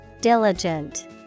Diligent